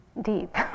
deep